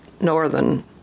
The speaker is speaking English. northern